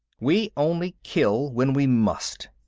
we only kill when we must.